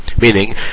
Meaning